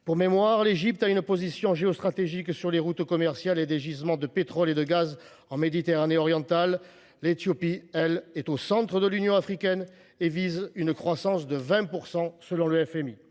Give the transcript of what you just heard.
Pour mémoire, l’Égypte jouit d’une position géostratégique sur les routes commerciales et des gisements de pétrole et de gaz en Méditerranée orientale. L’Éthiopie, elle, est au centre de l’Union africaine et vise une croissance de 20 % cette